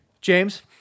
James